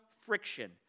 friction